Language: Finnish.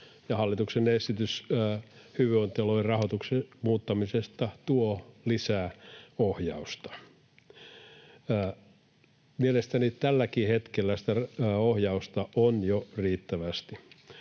hallituksen esitys hyvinvointialueiden rahoituksen muuttamisesta tuo lisää ohjausta. Mielestäni tälläkin hetkellä sitä ohjausta on jo riittävästi,